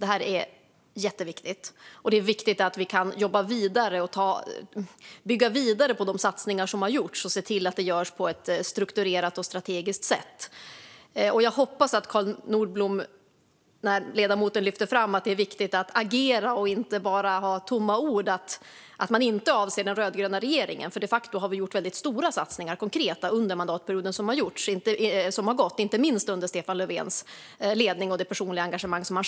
Det är jätteviktigt, och det är viktigt att vi kan jobba vidare och bygga vidare på de satsningar som har gjorts och se till att det sker på ett strukturerat och strategiskt sätt. När Carl Nordblom nu lyfter fram att det är viktigt att agera och inte bara ha tomma ord hoppas jag att han inte avser den rödgröna regeringen, för de facto har vi gjort väldigt stora, konkreta satsningar under den mandatperiod som har gått, inte minst under Stefan Löfvens ledning. Han hade själv ett stort personligt engagemang för detta.